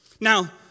Now